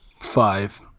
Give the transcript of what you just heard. Five